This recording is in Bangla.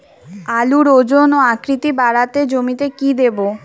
আলুর ওজন ও আকৃতি বাড়াতে জমিতে কি দেবো?